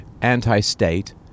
anti-state